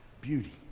beauty